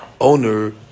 owner